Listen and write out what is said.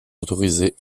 autorisés